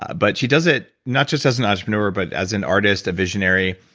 ah but she does it not just as an entrepreneur, but as an artist, a visionary,